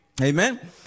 Amen